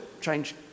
change